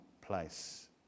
place